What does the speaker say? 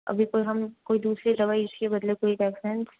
अभी तो हम कोई दूसरी दवाई इसके बदले कोई वैक्सीन